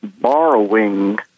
borrowing